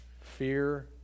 Fear